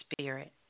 spirit